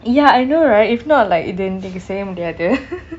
ya I know right if not like இது இனக்கி செய்ய முடியாது:ithu inakki seiya mudiyathu